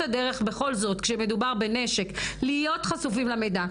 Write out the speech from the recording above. הדרך בכל זאת כשמדובר בנשק להיות חשופים למידע.